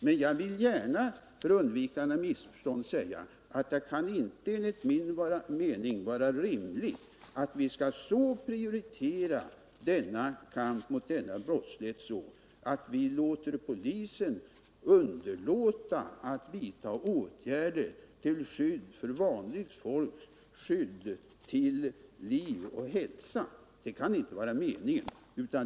Men jag vill gärna för undvikande av missförstånd säga att det enligt min mening inte kan vara rimligt att vi skall prioritera kampen mot denna brottslighet så att polisen underlåter att vidta åtgärder för att skydda vanligt folk till liv och hälsa.